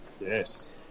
Yes